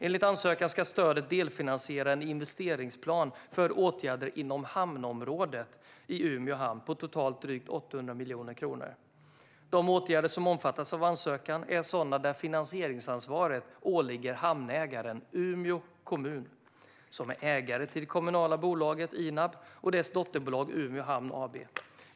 Enligt ansökan ska stödet delfinansiera en investeringsplan för åtgärder inom hamnområdet i Umeå hamn på totalt drygt 800 miljoner kronor. De åtgärder som omfattas av ansökan är sådana där finansieringsansvaret åligger hamnägaren Umeå kommun som ägare till det kommunala bolaget Inab och dess dotterbolag Umeå Hamn AB.